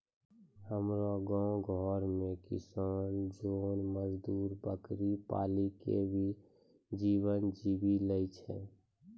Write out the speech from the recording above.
हमरो गांव घरो मॅ किसान जोन मजदुर बकरी पाली कॅ भी जीवन जीवी लॅ छय